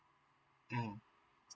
mm